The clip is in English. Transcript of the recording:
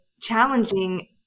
challenging